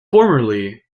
formerly